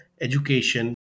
education